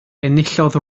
enillodd